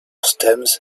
stems